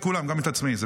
איזה מפלגה הוא?